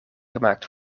gemaakt